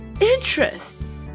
interests